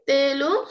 Telu